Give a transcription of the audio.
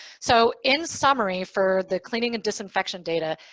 so in summary, for the cleaning and disinfection data,